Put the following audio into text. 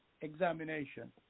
examination